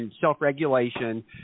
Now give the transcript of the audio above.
self-regulation